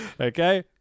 Okay